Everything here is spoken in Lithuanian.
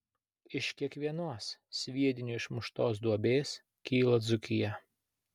iš kiekvienos sviedinio išmuštos duobės kyla dzūkija